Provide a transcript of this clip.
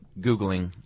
Googling